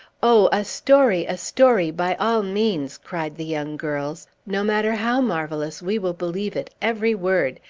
oh, a story, a story, by all means! cried the young girls. no matter how marvellous we will believe it, every word.